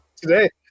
today